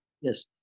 yes